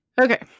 Okay